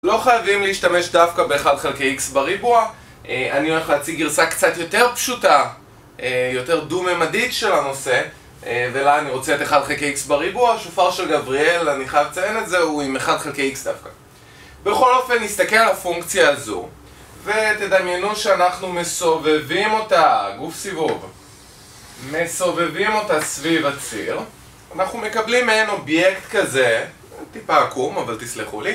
לא חייבים להשתמש דווקא ב1 חלקי x בריבוע. אני הולך להציג גרסה קצת יותר פשוטה, יותר דו-ממדית של הנושא, ולה אני רוצה את 1 חלקי x בריבוע שופר של גבריאל, אני חייב לציין את זה, הוא עם 1 חלקי x דווקא. בכל אופן, נסתכל על הפונקציה הזו ותדמיינו שאנחנו מסובבים אותה, גוף סיבוב, מסובבים אותה סביב הציר. אנחנו מקבלים מעין אובייקט כזה, טיפה עקום, אבל תסלחו לי